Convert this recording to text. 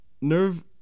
Nerve